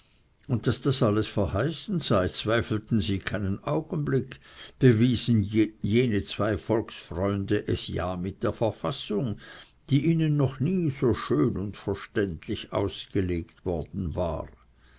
und daß das alles verheißen sei zweifelten sie keinen augenblick bewiesen jene zwei volksfreunde es ja mit der verfassung die ihnen noch nie so schön und verständlich ausgelegt worden war